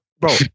Bro